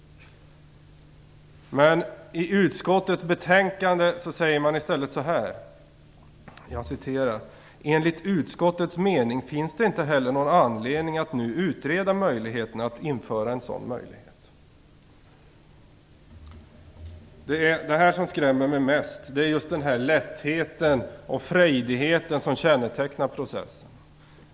Men i utskottets betänkande säger majoriteten i stället: "Enligt utskottets mening finns det inte heller anledning att nu utreda möjligheterna att införa en sådan möjlighet." Det som skrämmer mig mest är just den lätthet och frejdighet som kännetecknar processen.